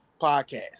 podcast